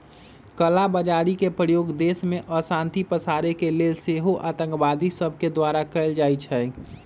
कला बजारी के प्रयोग देश में अशांति पसारे के लेल सेहो आतंकवादि सभके द्वारा कएल जाइ छइ